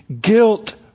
Guilt